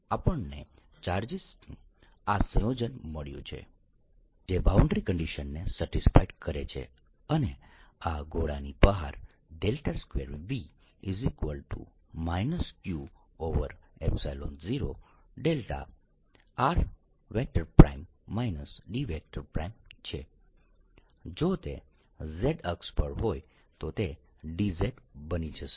તો આપણને ચાર્જીસનું આ સંયોજન મળ્યું છે જે બાઉન્ડ્રી કન્ડીશનને સેટિસ્ફાય કરે છે અને આ ગોળાની બહાર 2V q0 δ r d છે જો તે z અક્ષ પર હોય તો તે dz બની જશે